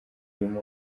muhango